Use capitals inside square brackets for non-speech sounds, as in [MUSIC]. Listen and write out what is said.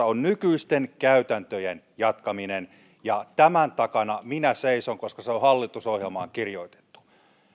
[UNINTELLIGIBLE] on nykyisten käytäntöjen jatkaminen tämän takana minä seison koska se on hallitusohjelmaan kirjoitettu